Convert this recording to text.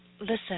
listen